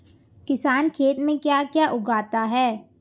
किसान खेत में क्या क्या उगाता है?